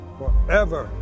forever